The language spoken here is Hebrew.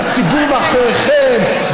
שהציבור מאחוריכם,